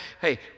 Hey